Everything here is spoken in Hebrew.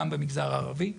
גם במגזר הערבי.